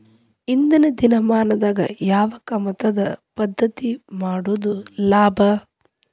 ಇಂದಿನ ದಿನಮಾನದಾಗ ಯಾವ ಕಮತದ ಪದ್ಧತಿ ಮಾಡುದ ಲಾಭ?